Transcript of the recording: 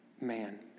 man